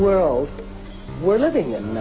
world we're living in